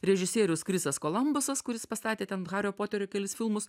režisierius krisas kolombusas kuris pastatė ten hario poterio kelis filmus